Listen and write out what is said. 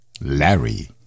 Larry